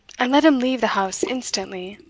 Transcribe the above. and let him leave the house instantly!